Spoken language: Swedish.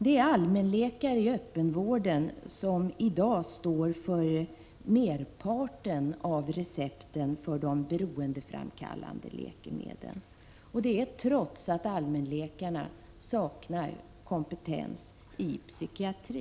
Det är allmänläkare i öppenvården som i dag står för merparten av recepten på beroendeframkallande läkemedel, detta trots att allmänläkarna saknar kompetens i psykiatri.